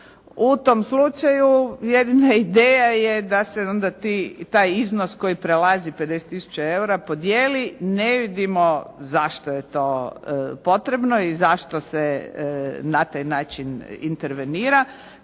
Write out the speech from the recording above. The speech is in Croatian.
u tom slučaju jedina ideja je da se onda taj iznos koji prelazi 50 tisuća eura podjeli ne vidimo zašto je to potrebno i zašto se na taj način intervenira